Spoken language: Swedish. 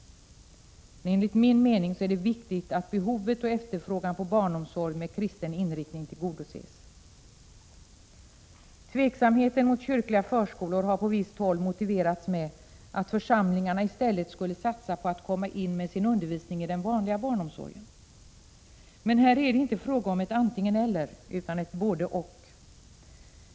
Enligt min mening är det viktigt att behovet av och efterfrågan på barnomsorg med kristen inriktning tillgodoses. Tveksamheten mot kyrkliga förskolor har på visst håll motiverats med att församlingarna i stället skulle satsa på att komma in med sin undervisning i den vanliga barnomsorgen. Men här är det inte fråga om ett antingen-eller utom om ett både-och.